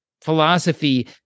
philosophy